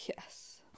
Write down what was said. Yes